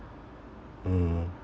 mm